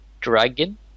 dragon